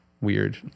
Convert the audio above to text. weird